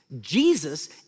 Jesus